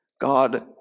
God